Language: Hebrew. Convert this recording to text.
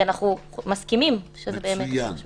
כי אנחנו מסכימים שזה באמת חשוב.